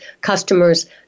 customers